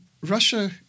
Russia